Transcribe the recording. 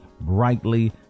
brightly